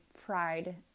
pride